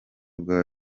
bwa